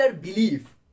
belief